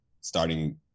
starting